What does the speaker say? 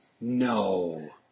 No